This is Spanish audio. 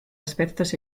aspectos